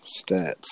Stats